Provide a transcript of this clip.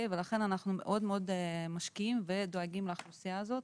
אנחנו מאוד מאוד משקיעים ודואגים לאוכלוסייה הזאת,